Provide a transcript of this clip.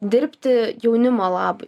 dirbti jaunimo labui